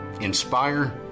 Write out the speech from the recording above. inspire